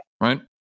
right